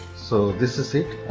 so this is it.